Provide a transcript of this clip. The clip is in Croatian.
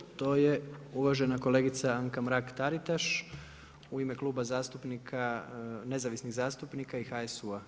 To je uvažena kolegica Anka Mrak-Taritaš u ime Kluba zastupnika, nezavisnih zastupnika i HSU-a.